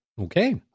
Okay